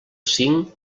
cinc